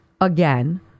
again